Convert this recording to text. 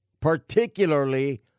particularly